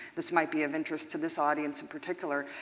this might be of interest to this audience in particular.